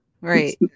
Right